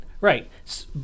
right